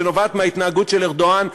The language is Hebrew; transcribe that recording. שנובעת מההתנהגות של ארדואן,